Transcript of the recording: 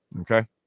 Okay